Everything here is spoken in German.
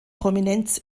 prominenz